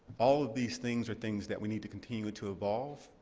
all of these things are things that we need to continue to evolve,